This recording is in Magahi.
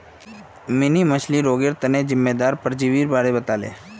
मिनी मछ्लीर रोगेर तना जिम्मेदार परजीवीर बारे बताले